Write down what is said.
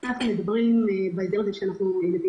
בהסדר הזה?